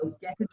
get